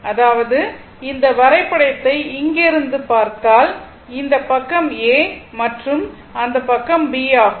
அதாவது இந்த வரைபடத்தை இங்கிருந்து பார்த்தால் இந்த பக்கம் A மற்றும் அந்த பக்கம் B ஆகும்